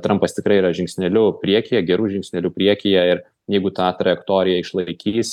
trampas tikrai yra žingsneliu priekyje geru žingsneliu priekyje ir jeigu tą trajektoriją išlaikys